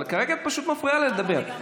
אבל כרגע את פשוט מפריעה לה לדבר.